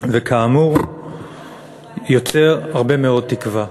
וכאמור יוצר הרבה מאוד תקווה.